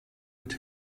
mit